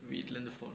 we learn upon